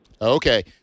okay